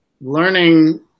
learning